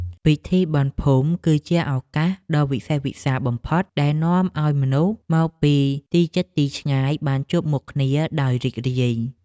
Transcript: ពិធីបុណ្យភូមិ គឺជាឱកាសដ៏វិសេសវិសាលបំផុតដែលនាំឱ្យមនុស្សមកពីទីជិតទីឆ្ងាយបានជួបមុខគ្នាដោយរីករាយ។